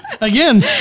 Again